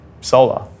solar